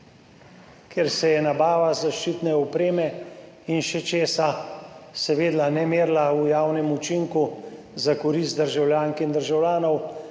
ker se je nabava zaščitne opreme in še česa se veda ne merila v javnem učinku za korist državljank in državljanov,